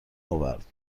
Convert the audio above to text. آورد